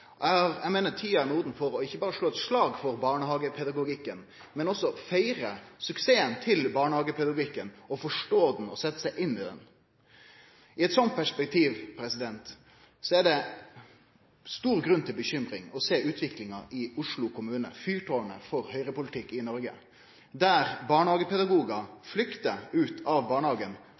Eg meiner tida er moden for ikkje berre slå eit slag for barnehagepedagogikken, men også feire suksessen til barnehagepedagogikken, forstå han og setje seg inn i han. I eit sånt perspektiv er det stor grunn til å bekymre seg over utviklinga i Oslo kommune, fyrtårnet for høgrepolitikk i Noreg, der barnehagepedagogar